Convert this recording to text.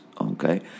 Okay